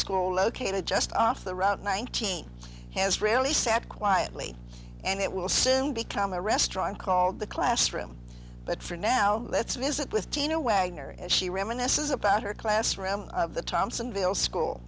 school located just off the route he has really sat quietly and it will become a restaurant called the classroom but sure now let's visit with gina wagner and she reminisces about her classroom of the thompson deal school